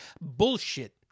bullshit